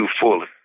fully